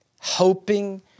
hoping